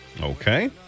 Okay